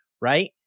right